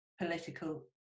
political